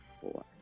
four